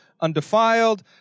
undefiled